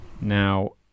Now